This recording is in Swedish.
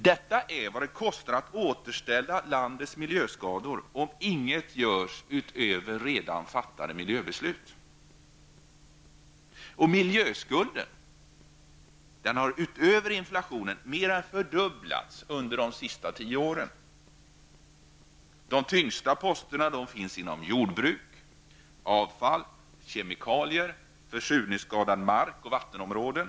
Detta är vad det kostar att återställa landet från miljöskador, om inget görs utöver redan fattade miljöbeslut. Miljöskulden har, utöver inflationen, mer än fördubblats under de senaste tio åren. De tyngsta posterna finns inom jordbruk, avfall, kemikalier, försurningsskadad mark och skadade vattenområden.